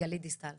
וגלית דיסטל.